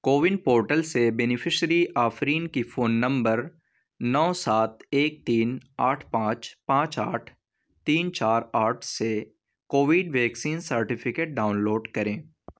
CoWIN portal سے beneficiary Afreen کی phone number نو سات ایک تین آٹھ پانچ پانچ آٹھ تین چار آٹھ سے COVID vaccine certificate download کریں